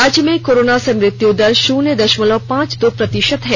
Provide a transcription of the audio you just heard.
राज्य में कोरोना से मृत्यु दर शून्य दषमलव पांच दो प्रतिशत है